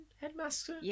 Headmaster